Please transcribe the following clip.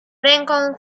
ręką